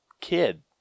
kid